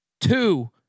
two